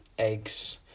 eggs